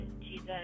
Jesus